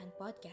Podcast